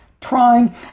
trying